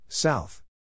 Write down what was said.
South